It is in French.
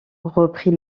reprit